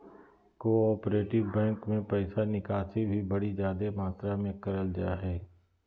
cooperative bank मे पैसा निकासी भी बड़ी जादे मात्रा मे करल जा हय